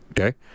Okay